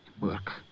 work